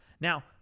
Now